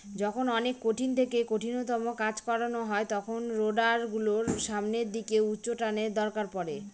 যখন অনেক কঠিন থেকে কঠিনতম কাজ করানো হয় তখন রোডার গুলোর সামনের দিকে উচ্চটানের দরকার পড়ে